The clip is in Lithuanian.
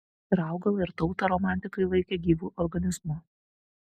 ir augalą ir tautą romantikai laikė gyvu organizmu